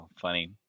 funny